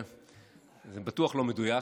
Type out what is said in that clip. זה בטוח לא מדויק,